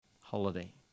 Holiday